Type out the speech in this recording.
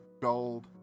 gold